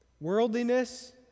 Worldliness